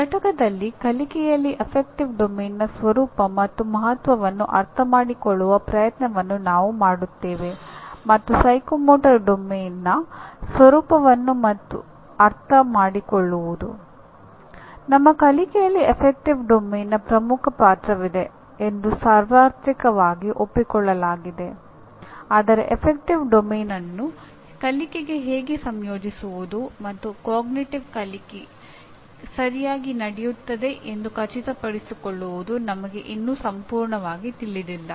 ಈ ಪಠ್ಯದಲ್ಲಿ ಕಲಿಕೆಯಲ್ಲಿ ಅಫೆಕ್ಟಿವ್ ಡೊಮೇನ್ನ ಕಲಿಕೆ ಸರಿಯಾಗಿ ನಡೆಯುತ್ತದೆ ಎಂದು ಖಚಿತಪಡಿಸಿಕೊಳ್ಳುವುದು ನಮಗೆ ಇನ್ನೂ ಸಂಪೂರ್ಣವಾಗಿ ತಿಳಿದಿಲ್ಲ